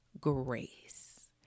grace